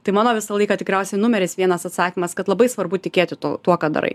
tai mano visą laiką tikriausia numeris vienas atsakymas kad labai svarbu tikėti tuo tuo ką darai